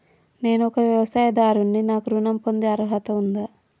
నేను ఒక వ్యవసాయదారుడిని నాకు ఋణం పొందే అర్హత ఉందా?